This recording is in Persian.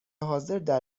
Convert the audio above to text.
حاضردر